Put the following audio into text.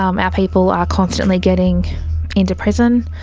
um ah people are constantly getting into prison,